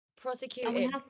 prosecuted